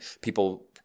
people